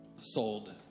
sold